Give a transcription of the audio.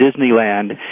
Disneyland